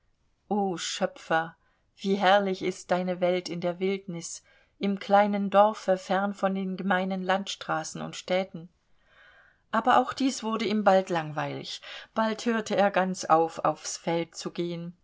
o schöpfer wie herrlich ist deine welt in der wildnis im kleinen dorfe fern von den gemeinen landstraßen und städten aber auch dies wurde ihm bald langweilig bald hörte er ganz auf aufs feld zu gehen